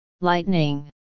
Lightning